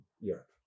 Europe